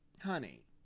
honey